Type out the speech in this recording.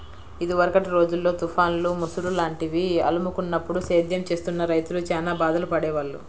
ఇదివరకటి రోజుల్లో తుఫాన్లు, ముసురు లాంటివి అలుముకున్నప్పుడు సేద్యం చేస్తున్న రైతులు చానా బాధలు పడేవాళ్ళు